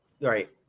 right